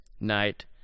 night